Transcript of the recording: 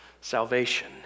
salvation